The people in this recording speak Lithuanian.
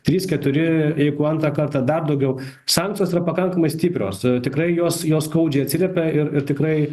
trys keturi jeigu antrą kartą dar daugiau sankcijos yra pakankamai stiprios tikrai jos jos skaudžiai atsiliepia ir ir tikrai